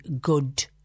good